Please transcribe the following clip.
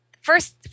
first